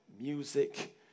music